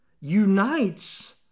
unites